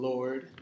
Lord